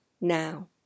now